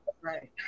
Right